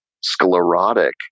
sclerotic